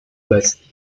bestii